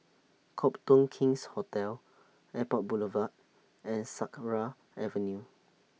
Copthorne King's Hotel Airport Boulevard and Sakra Avenue